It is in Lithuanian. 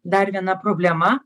dar viena problema